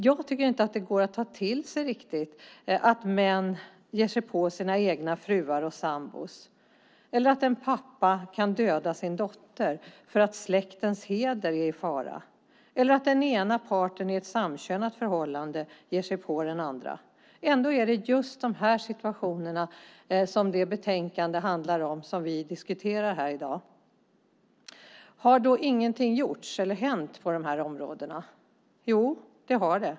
Jag tycker inte att det riktigt går att ta till sig att män ger sig på sina egna fruar och sambor, att en pappa kan döda sin dotter för att släktens heder är i fara eller att den ena parten i ett samkönat förhållande ger sig på den andra. Ändå är det just de situationerna som det betänkande som vi diskuterar här i dag handlar om. Har då ingenting gjorts eller hänt på de här områdena? Jo, det har det.